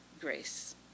grace